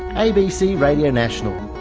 abc radio national,